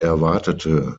erwartete